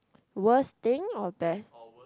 worst thing or best